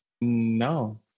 No